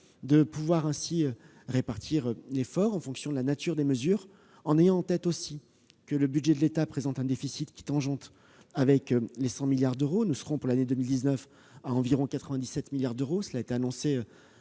souhaité ainsi répartir l'effort en fonction de la nature des mesures, en ayant en tête, aussi, que le budget de l'État présente un déficit qui tangente les 100 milliards d'euros. Nous serons, pour l'année 2019, à environ 97 milliards d'euros, annonce